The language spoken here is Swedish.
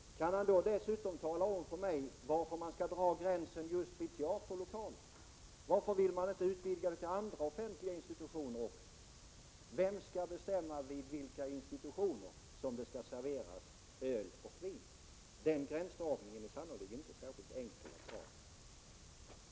Kan Bo Lundgren dessutom tala om för mig varför man skall dra gränsen just vid teaterlokaler? Varför inte inkludera också andra offentliga institutioner? Vem skall bestämma vid vilka institutioner som det skall serveras öl och vin? Gränsdragningen är sannerligen inte enkel.